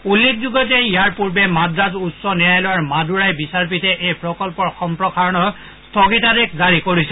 উল্লেখযোগ্য যে ইয়াৰ পূৰ্বে মাদ্ৰাছ উচ্চ ন্যায়ালয়ৰ মাদুৰাই বীচাৰপীঠে এই প্ৰকল্পৰ সম্প্ৰসাৰণক স্তগিতাদেশ জাৰি কৰিছে